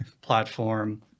platform